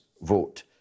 vote